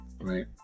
Right